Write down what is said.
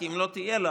כי אם לא תהיה לו